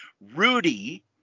Rudy